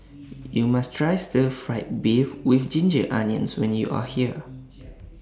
YOU must Try Stir Fried Beef with Ginger Onions when YOU Are here